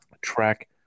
track